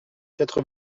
quatre